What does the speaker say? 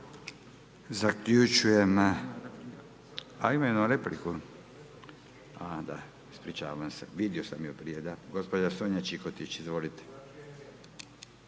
Zaključujem, a ima jednu repliku, a da, ispričavam se, vidio sam ju prije da, gospođa Sonja Čikotić, izvolite.